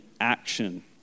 action